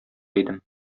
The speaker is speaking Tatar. идем